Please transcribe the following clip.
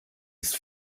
ist